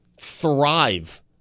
thrive